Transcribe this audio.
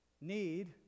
need